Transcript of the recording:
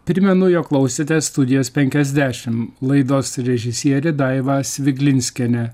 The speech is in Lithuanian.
primenu jog klausėte studijos penkiasdešim laidos režisierė daiva sviglinskienė